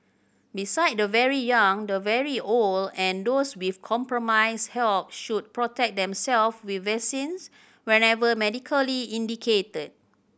beside the very young the very old and those with compromised health should protect themselves with vaccines whenever medically indicated